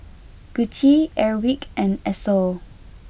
Gucci Airwick and Esso